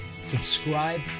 subscribe